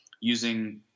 using